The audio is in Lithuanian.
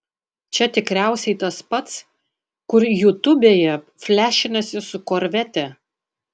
čia tikriausiai tas pats kur jutubėje flešinasi su korvete